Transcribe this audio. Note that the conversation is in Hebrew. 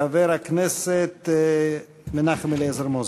חבר הכנסת מנחם אליעזר מוזס.